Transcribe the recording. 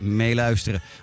meeluisteren